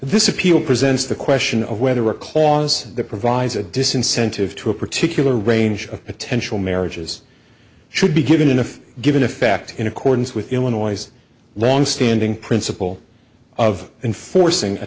this appeal presents the question of whether a cause that provides a disincentive to a particular range of potential marriages should be given if given a fact in accordance with the illinois longstanding principle of enforcing a